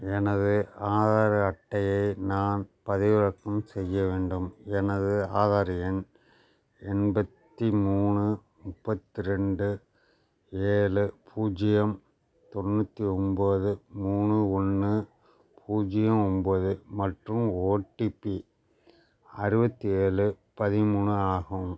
எனது ஆதார் அட்டையை நான் பதிவிறக்கம் செய்ய வேண்டும் எனது ஆதார் எண் எண்பத்தி மூணு முப்பத்து ரெண்டு ஏழு பூஜ்ஜியம் தொண்ணூற்றி ஒன்போது மூணு ஒன்று பூஜ்ஜியம் ஒன்போது மற்றும் ஓடிபி அறுபத்தி ஏழு பதிமூணு ஆகும்